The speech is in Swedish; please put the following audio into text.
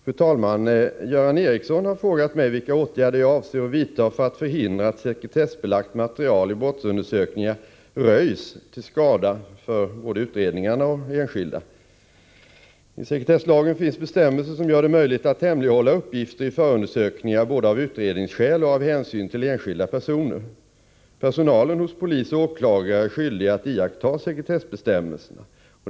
Fru talman! Göran Ericsson har frågat mig vilka åtgärder jag avser att vidta för att förhindra att sekretessbelagt material i brottsutredningar röjs till skada för både utredningarna och enskilda. I sekretesslagen finns bestämmelser som gör det möjligt att hemlighålla uppgifter i förundersökningar både av utredningsskäl och av hänsyn till enskilda personer. Personalen hos polis och åklagare är skyldig att iaktta sekretessbestämmelserna.